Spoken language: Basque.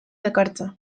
dakartza